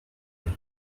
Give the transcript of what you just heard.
jean